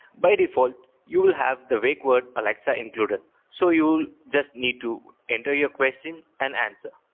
by default you will have the wake word alexa included. so you will just need to enter your question and answer.